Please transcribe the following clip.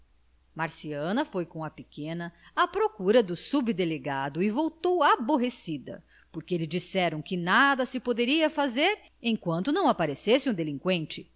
marciana foi com a pequena à procura do subdelegado e voltou aborrecida porque lhe disseram que nada se poderia fazer enquanto não aparecesse o delinqüente